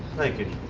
thank you.